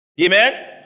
Amen